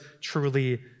truly